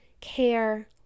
care